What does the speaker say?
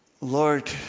Lord